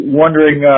wondering